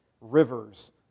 rivers